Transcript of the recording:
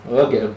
okay